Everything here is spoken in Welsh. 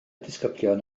disgyblion